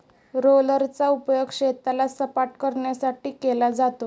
रोलरचा उपयोग शेताला सपाटकरण्यासाठी केला जातो